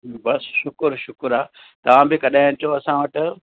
बसि शुक्रु शुक्रु आहे तव्हां बि कॾहिं अचो असां वटि